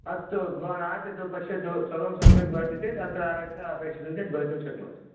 अस्तु भवान् आचरतु पश्यतु सर्वं सम्यक् भवति चेत् अत्र आगत्य अपेक्षितं चेत् भवितुं शक्नोति